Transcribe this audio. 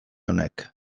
honek